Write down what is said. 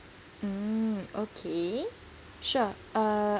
mm okay sure uh